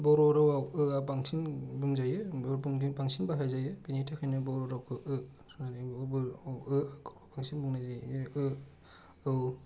बर' रावआव ओ आ बांसिन बुंजायो ओमफ्राय बांसिन बाहायजायो बिनि थाखायनो बर' रावखौ ओ खौ बांसिन बुंनाय जायो जेरै ओ औ